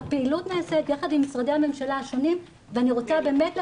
הפעילות נעשית יחד עם משרדי הממשלה השונים ואני רוצה באמת להגיד,